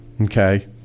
okay